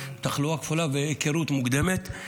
תחלואה כפולה והיכרות מוקדמת.